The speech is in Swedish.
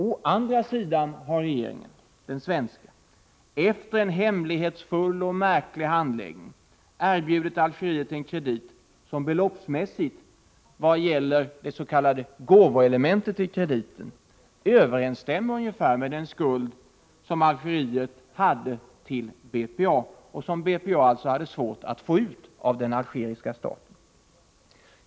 Å andra sidan har den svenska regeringen, efter en hemlighetsfull och märklig handläggning, erbjudit Algeriet en kredit, som beloppsmässigt — vad Åtgärder för ätt avser det s.k. gåvoelementet i krediten — ungefär överensstämmer med den stödja svensk exskuld som Algeriet hade till BPA och som BPA alltså hade svårt att få ut av portallmänt och inden algeriska staten.